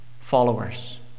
Followers